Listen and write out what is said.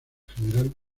general